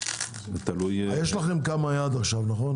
יש לכם כמה היה עד עכשיו, נכון?